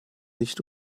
nicht